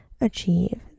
achieve